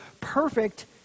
perfect